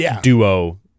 duo